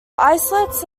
islets